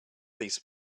these